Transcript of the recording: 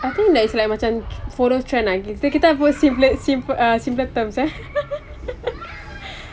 I think there is like macam photos trend I guess kita kita use simpler simp~ uh simpler terms eh